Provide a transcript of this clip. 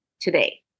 today